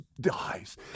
dies